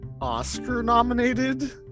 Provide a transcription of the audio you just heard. Oscar-nominated